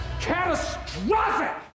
catastrophic